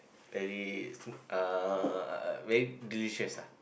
very smo~ uh very delicious ah